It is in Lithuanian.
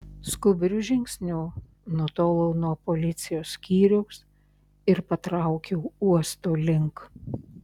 skubriu žingsniu nutolau nuo policijos skyriaus ir patraukiau uosto link